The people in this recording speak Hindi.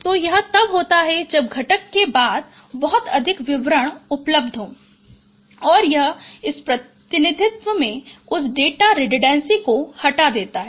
तो यह तब होता है जब घटक के बाद संदर्भ समय 0922 बहुत अधिक विवरण उपलब्ध हैं और यह इस प्रतिनिधित्व में उस डेटा रिडनडेन्सी को हटा देता है